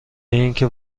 اینکه